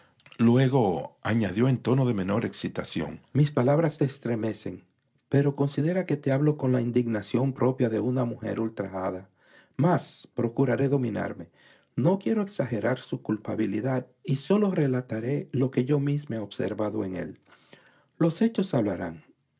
luego añadió en tono de menor excitación mis palabras te estremecen pero considera que te hablo con la indignación propia de una mujer ultrajada mas procuraré dominarme no quiero exagerar su culpabilidad y sólo relataré lo que yo misma he observado en él los hechos hablarán